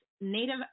native